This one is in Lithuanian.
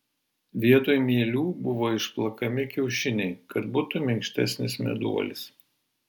vietoj mielių buvo išplakami kiaušiniai kad būtų minkštesnis meduolis